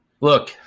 Look